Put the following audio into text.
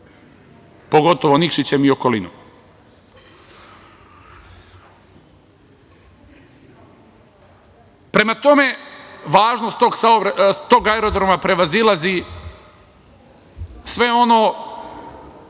pogotovo Nikšićem i okolinom. Prema tome, važnost tog aerodroma prevazilazi sve ono